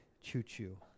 Choo-choo